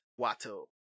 Watto